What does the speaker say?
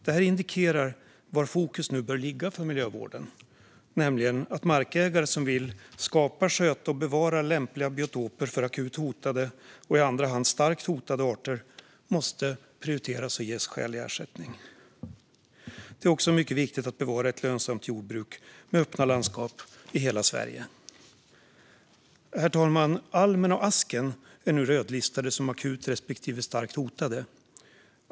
Detta indikerar var fokus nu bör ligga för miljövården: på att markägare som vill skapa, sköta och bevara lämpliga biotoper för akut hotade och i andra hand starkt hotade arter måste prioriteras och ges skälig ersättning. Det är också mycket viktigt att bevara ett lönsamt jordbruk med öppna landskap i hela Sverige. Herr talman! Almen och asken är nu rödlistade som akut respektive starkt hotade.